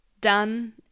done